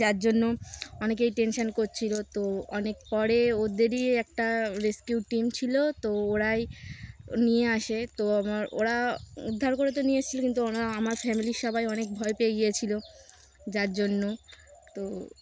যার জন্য অনেকেই টেনশন করছিল তো অনেক পরে ওদেরই একটা রেসকিউ টিম ছিল তো ওরাই নিয়ে আসে তো আমার ওরা উদ্ধার করে তো নিয়ে এসেছিল কিন্তু ওরা আমার ফ্যামিলির সবাই অনেক ভয় পেয়ে গিয়েছিল যার জন্য তো